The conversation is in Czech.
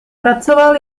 pracoval